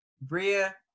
Bria